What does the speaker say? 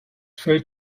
fällt